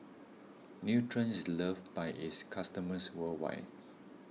Nutren is loved by its customers worldwide